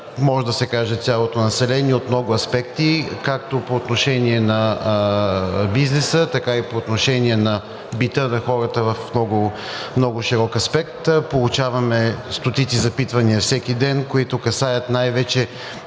може да се каже, цялото население от много аспекти както по отношение на бизнеса, така и по отношение на бита на хората в много широк аспект. Получаваме стотици запитвания всеки ден, които касаят най-вече